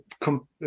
come